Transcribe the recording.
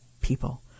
people